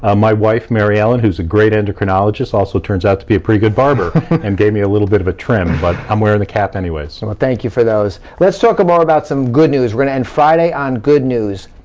my wife, mary ellen, who's a great endocrinologist, also turns out to be a pretty good barber and gave me a little bit of a trim, but i'm wearing a cap anyway. well, thank you for those. let's talk more about some good news. we're gonna end friday on good news.